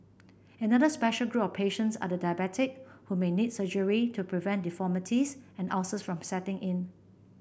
another special group of patients are the diabetic who may need surgery to prevent deformities and ulcers from setting in